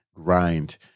Grind